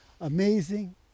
amazing